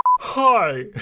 Hi